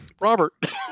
robert